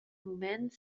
mument